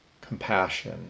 compassion